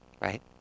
right